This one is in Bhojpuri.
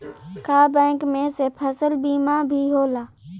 का बैंक में से फसल बीमा भी होला?